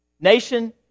Nation